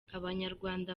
abanyarwanda